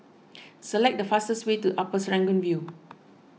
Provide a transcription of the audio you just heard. select the fastest way to Upper Serangoon View